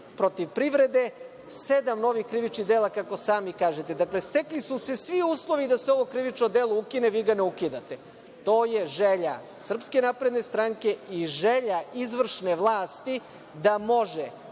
protiv privrede, sedam novih krivičnih dela, kako sami kažete. Dakle, stekli su se svi uslovi da se ovo krivično delo ukine, vi ga ne ukidate. To je želja SNS i želja izvršne vlasti da može